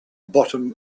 bottom